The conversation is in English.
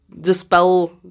dispel